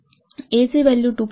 तर A चे value 2